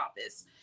office